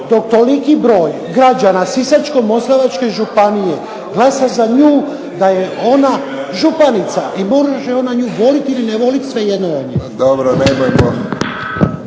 dok toliki broj građana Sisačko-moslavačke županije glasa za nju da je ona županica i može ona nju voliti ili nevoliti svejedno vam je.